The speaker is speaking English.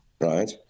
right